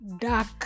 dark